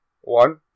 One